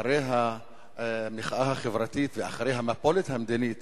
אחרי המחאה החברתית ואחרי המפולת המדינית,